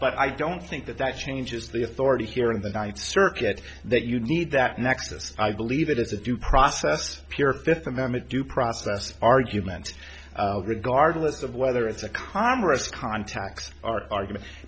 but i don't think that that changes the authority here in the ninth circuit that you need that nexus i believe it is a due process pure fifth amendment due process argument regardless of whether it's a commerce contacts our argument